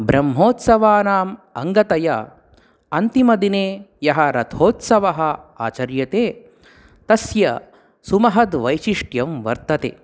ब्रह्मोत्सवानाम् अङ्गतया अन्तिमदिने यः रथोत्सवः आचर्यते तस्य सुमहद्वैशिष्ट्यं वर्तते